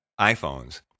iPhones